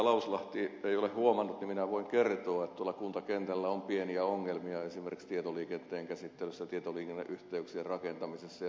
lauslahti ei ole huomannut niin minä voin kertoa että tuolla kuntakentällä on pieniä ongelmia esimerkiksi tietoliikenteen käsittelyssä tietoliikenneyhteyksien rakentamisessa ja niin edelleen